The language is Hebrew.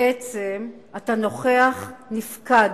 בעצם, אתה נוכח-נפקד